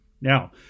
Now